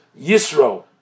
Yisro